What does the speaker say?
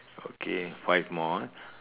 okay five more ah